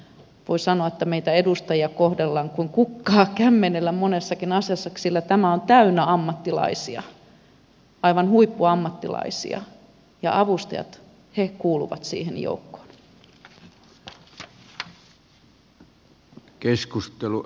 voi sanoa että tässä talossa meitä edustajia kohdellaan kuin kukkaa kämmenellä monessakin asiassa sillä tämä on täynnä ammattilaisia aivan huippuammattilaisia ja avustajat kuuluvat siihen joukkoon